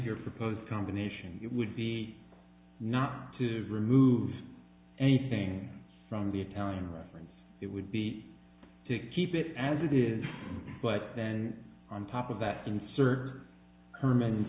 your proposed combination would be not to remove anything from the time reference it would be to keep it as it is but then on top of that insert herman